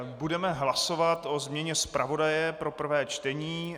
Budeme hlasovat o změně zpravodaje pro prvé čtení.